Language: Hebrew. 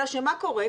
אלא שמה קורה?